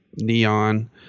neon